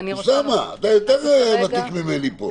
אוסאמה, אתה יותר ותיק ממני פה.